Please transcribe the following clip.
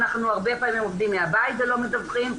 אנחנו הרבה פעמים עובדים מהבית ולא מדווחים,